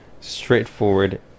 straightforward